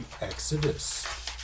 Exodus